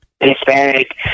Hispanic